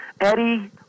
Eddie